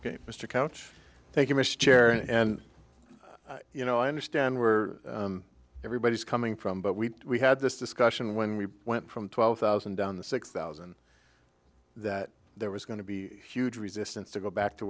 you mr couch thank you miss chair and you know i understand where everybody's coming from but we had this discussion when we went from twelve thousand down the six thousand that there was going to be huge resistance to go back to